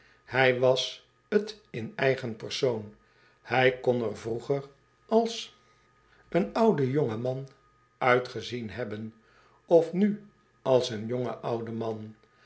hij was t in'eigen persoon hij kon er vroeger als een oude jonge man uitgezien hebben of nu als een jonge oude man